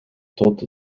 tot